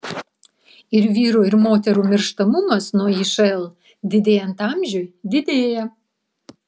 ir vyrų ir moterų mirštamumas nuo išl didėjant amžiui didėja